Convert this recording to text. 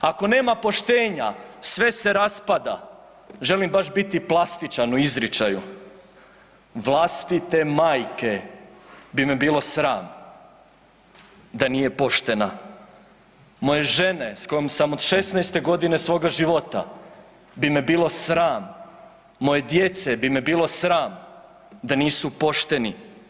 Ako nema poštenja sve se raspada, želim baš biti plastičan u izričaju, vlastite majke bi me bilo sram da nije poštena, moje žene s kojom sam od 16-te godine svoga života bi me bilo sram, moje djece bi me bilo sram da nisu pošteni.